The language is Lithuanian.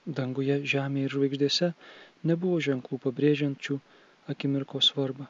danguje žemėj ir žvaigždėse nebuvo ženklų pabrėžiančių akimirkos svarbą